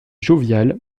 jovial